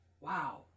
Wow